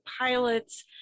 pilots